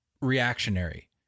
reactionary